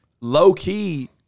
low-key